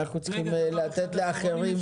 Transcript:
אנחנו צריכים לתת גם לאחרים לדבר.